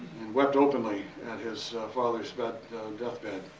and wept openly and his father's but deathbed.